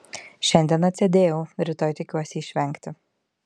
šiandien atsėdėjau rytoj tikiuosi išvengti